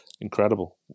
incredible